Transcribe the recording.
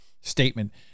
statement